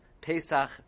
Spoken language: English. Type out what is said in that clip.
Pesach